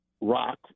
rock